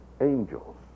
angels